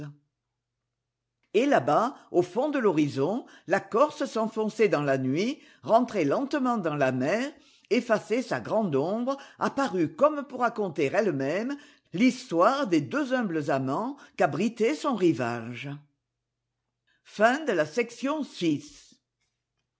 et là-bas au fond de l'horizon la corse s'enfonçait dans la nuit rentrait lentement dans la mer effaçait sa grande ombre apparue comme pour raconter elle-même l'histoire des deux humbles amants qu'abritait son rivage